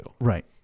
Right